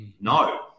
No